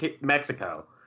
Mexico